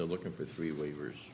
they're looking for three waivers